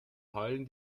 heulen